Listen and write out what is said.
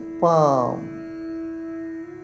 palm